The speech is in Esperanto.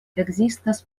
ekzistas